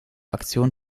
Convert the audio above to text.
aktion